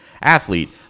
athlete